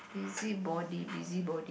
busybody busybody